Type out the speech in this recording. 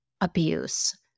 abuse